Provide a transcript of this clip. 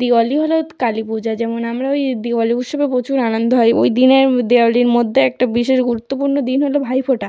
দিওয়ালি হলো কালী পূজা যেমন আমরা ওই দীপাবলি উৎসবে প্রচুর আনন্দ হয় ওই দিনের দীপাবলির মধ্যে একটা বিশেষ গুরুত্বপূর্ণ দিন হলো ভাইফোঁটা